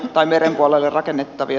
tai meren puolelle rakennettavia